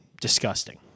disgusting